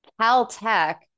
Caltech